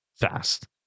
fast